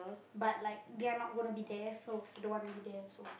but like they're not gonna be there so I don't want be there also